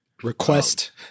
request